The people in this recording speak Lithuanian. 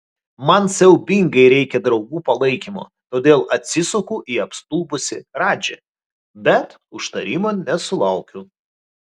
man siaubingai reikia draugų palaikymo todėl atsisuku į apstulbusį radžį bet užtarimo nesulaukiu